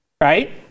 Right